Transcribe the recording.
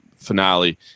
finale